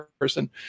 person